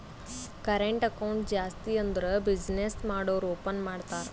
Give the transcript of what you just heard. current account ಜಾಸ್ತಿ ಅಂದುರ್ business ಮಾಡೂರು ಓಪನ್ ಮಾಡ್ತಾರ